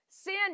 Sin